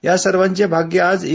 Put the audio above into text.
या सर्वाचे भाग्य आज ई